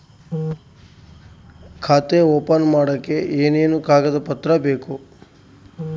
ಖಾತೆ ಓಪನ್ ಮಾಡಕ್ಕೆ ಏನೇನು ಕಾಗದ ಪತ್ರ ಬೇಕು?